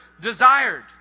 Desired